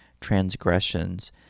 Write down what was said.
transgressions